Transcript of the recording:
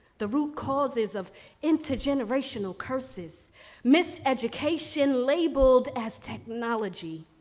the root causes of intergenerational curses miseducation labeled as technology,